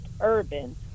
urban